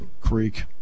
creek